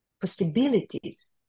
possibilities